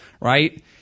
Right